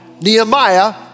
Nehemiah